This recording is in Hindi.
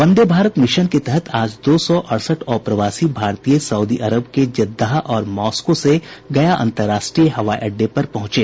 वंदे भारत मिशन के तहत आज दो सौ अड़सठ अप्रवासी भारतीय सऊदी अरब के जेद्दाह और मास्को से गया अंतर्राष्ट्रीय हवाई अड्डे पर पहुंचें